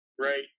Right